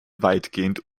weitgehend